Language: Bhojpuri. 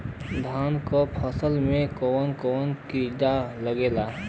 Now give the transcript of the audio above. धान के फसल मे कवन कवन कीड़ा लागेला?